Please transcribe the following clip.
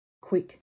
Quick